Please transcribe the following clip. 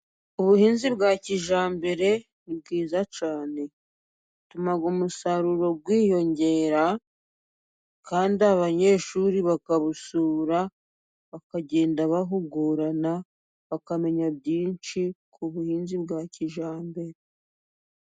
Ubuhinzi bwa kijyambere ni bwiza cyane butuma umusaruro wiyongera, kandi abanyeshuri bakawusura bakagenda bahugurana, bakamenya byinshi ku buhinzi bwa kijyambere.